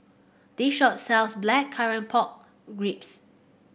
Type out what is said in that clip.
this shop sells Blackcurrant Pork Ribs